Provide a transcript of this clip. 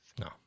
no